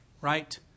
right